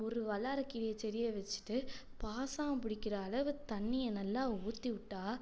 ஒரு வல்லாரைக் கீரை செடியை வச்சுட்டு பாசம் பிடிக்கிற அளவுக்கு தண்ணியை நல்லா ஊற்றி விட்டால்